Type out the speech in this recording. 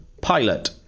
Pilot